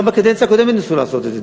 גם בקדנציה הקודמת ניסו לעשות את זה.